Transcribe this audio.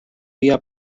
vía